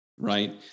right